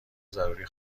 ضروری